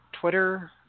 Twitter